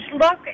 look